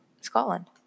Scotland